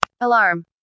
Alarm